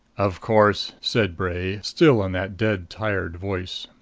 of course, said bray, still in that dead tired voice.